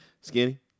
Skinny